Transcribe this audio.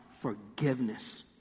forgiveness